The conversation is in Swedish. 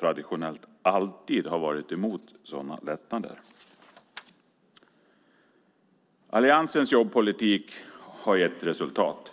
traditionellt alltid har varit emot sådana lättnader. Alliansens jobbpolitik har gett resultat.